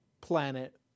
planet